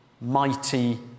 Mighty